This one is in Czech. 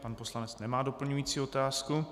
Pan poslanec nemá doplňující otázku.